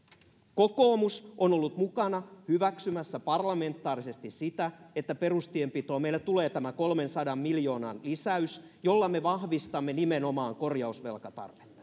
kokoomus on ollut mukana hyväksymässä parlamentaarisesti sitä että meille tulee perustienpitoon tämä kolmensadan miljoonan lisäys jolla me vahvistamme nimenomaan korjausvelkatarvetta